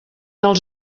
els